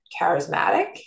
charismatic